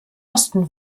osten